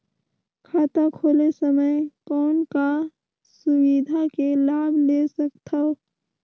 खाता खोले समय कौन का सुविधा के लाभ ले सकथव?